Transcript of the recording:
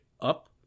up